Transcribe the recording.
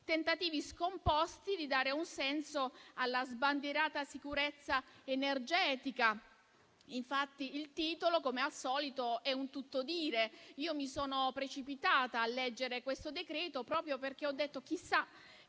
tentativi scomposti di dare un senso alla sbandierata sicurezza energetica. Infatti, il titolo, come al solito, è un tutto dire. Mi sono precipitata a leggere questo decreto-legge, perché ho pensato che